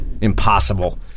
Impossible